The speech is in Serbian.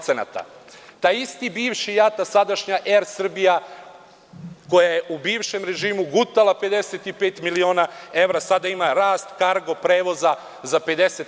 Taj isti bivši JAT, a sadašnja „Er Srbija“, koja je u bivšem režimu gutala 55 miliona evra, sada ima rast kargo prevoza za 50%